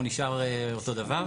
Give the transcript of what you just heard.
הוא נשאר אותו דבר?